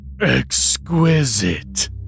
Exquisite